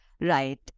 right